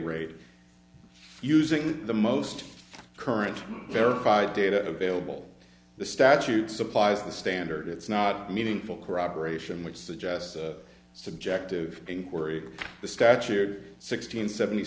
rate using the most current verified data available the statute supplies the standard it's not meaningful corroboration which suggests subjective inquiry the statute sixteen seventy